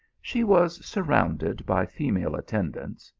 she was surrounded by female attendants,